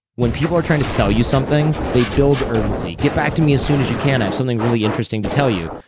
when people are trying to sell you something, they build urgency. get back to me as soon as you can. i have something really interesting to tell you.